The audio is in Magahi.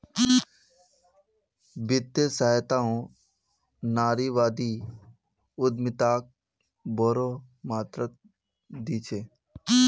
वित्तीय सहायताओ नारीवादी उद्यमिताक बोरो मात्रात दी छेक